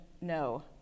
No